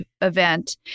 event